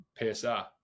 PSR